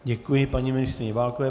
Děkuji paní ministryni Válkové.